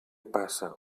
passa